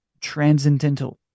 transcendental